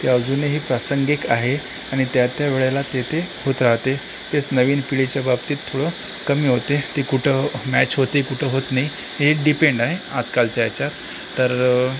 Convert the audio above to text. ती अजूनही प्रासंगिक आहे आणि त्या त्या वेळेला ते ते होत राहते तेच नवीन पिढीच्या बाबतीत थोडं कमी होते ती कुठं मॅच होते कुठं होत नाही हे डिपेंड आहे आजकालच्या ह्याच्यात तर